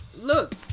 look